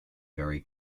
very